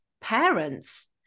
parents